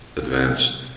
advanced